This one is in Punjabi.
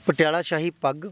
ਪਟਿਆਲਾ ਸ਼ਾਹੀ ਪੱਗ